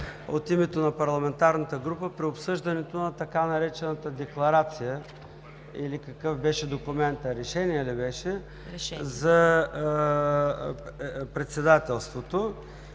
от името на парламентарната група при обсъждането на така наречената „декларация“… или какъв беше документът? Решение ли беше? Решение за Председателството.